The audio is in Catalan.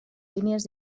línies